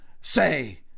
say